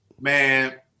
man